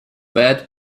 beth